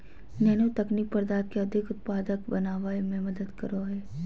nano तकनीक पदार्थ के अधिक उत्पादक बनावय में मदद करो हइ